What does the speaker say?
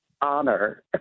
honor